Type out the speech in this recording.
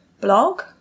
blog